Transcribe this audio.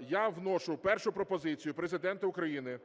я вношу першу пропозицію Президента України